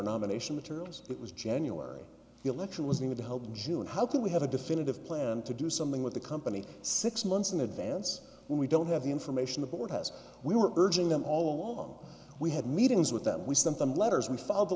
nomination materials it was january election was going to help june how can we have a definitive plan to do something with the company six months in advance when we don't have the information the board has we were urging them all along we had meetings with them we sent them letters we filed the